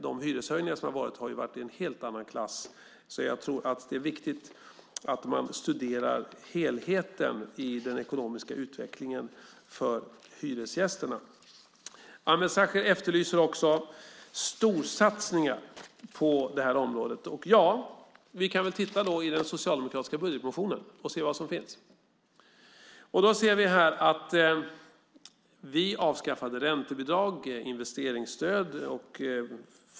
De hyreshöjningar som skett har ju varit i en helt annan klass, så jag tror att det är viktigt att studera helheten i den ekonomiska utvecklingen för hyresgästerna. Ameer Sachet efterlyser också storsatsningar på området. Ja, vi kan väl titta i den socialdemokratiska budgetmotionen för att se vad som finns där.